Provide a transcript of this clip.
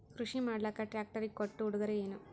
ಕೃಷಿ ಮಾಡಲಾಕ ಟ್ರಾಕ್ಟರಿ ಕೊಟ್ಟ ಉಡುಗೊರೆಯೇನ?